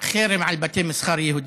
חרם על בתי מסחר יהודיים.